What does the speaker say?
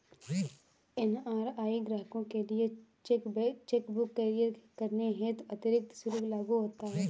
NRI ग्राहकों के लिए चेक बुक कुरियर करने हेतु अतिरिक्त शुल्क लागू होता है